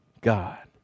God